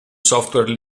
software